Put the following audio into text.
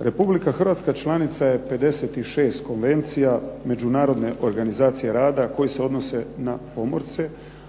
Republika Hrvatska članica je 56 konvencija Međunarodne organizacije rada koje se odnose na pomorce